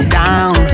down